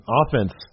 offense